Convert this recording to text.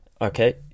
Okay